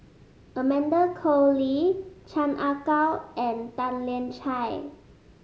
Amanda Koe Lee Chan Ah Kow and Tan Lian Chye